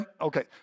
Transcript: Okay